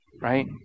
Right